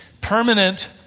permanent